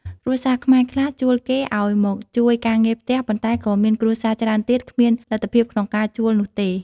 គ្រួសារខ្មែរខ្លះជួលគេឱ្យមកជួយការងារផ្ទះ ប៉ុន្តែក៏មានគ្រួសារច្រើនទៀតគ្មានលទ្ធភាពក្នុងការជួលនោះទេ។